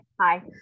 Hi